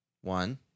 One